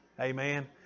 Amen